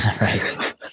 Right